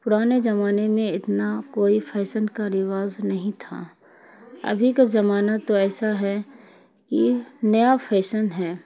پرانے زمانے میں اتنا کوئی فیشن کا رواج نہیں تھا ابھی کا زمانہ تو ایسا ہے کہ نیا فیشن ہے